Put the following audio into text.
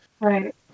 Right